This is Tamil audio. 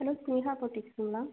ஹலோ ஸ்நேகா பொட்டிக்ஸ்ஸுங்களா